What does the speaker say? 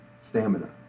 stamina